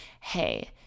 Hey